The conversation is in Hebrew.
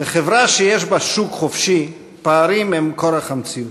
בחברה שיש בה שוק חופשי, פערים הם כורח המציאות.